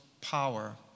power